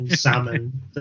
Salmon